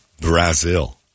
Brazil